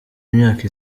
imyaka